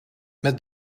met